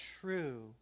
true